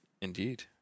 indeed